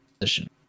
position